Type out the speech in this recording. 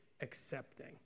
accepting